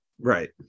right